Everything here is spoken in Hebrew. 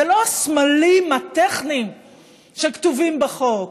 זה לא הסמלים הטכניים שכתובים בחוק,